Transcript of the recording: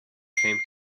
came